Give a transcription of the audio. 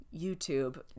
YouTube